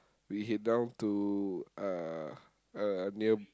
we head down to uh uh near